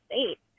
states